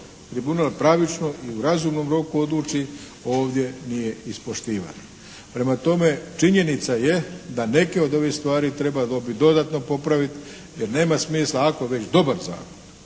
pravično i u razumnom roku odluči ovdje nije ispoštivana. Prema tome, činjenica je da neke od ove stvari trebalo bi dodatno popraviti jer nema smisla ako već dobar zakon